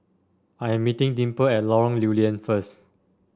I am meeting Dimple at Lorong Lew Lian first